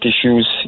issues